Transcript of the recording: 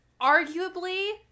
arguably